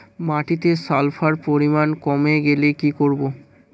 মাটিতে সালফার পরিমাণ কমে গেলে কি করব?